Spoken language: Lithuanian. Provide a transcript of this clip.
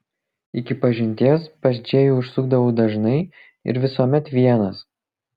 iki pažinties pas džėjų užsukdavau dažnai ir visuomet vienas